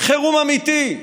חירום אמיתי.